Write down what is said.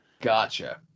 Gotcha